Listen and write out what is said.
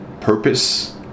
purpose